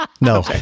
No